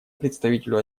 представителю